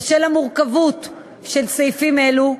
בשל המורכבות של סעיפים אלו,